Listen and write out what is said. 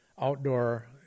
outdoor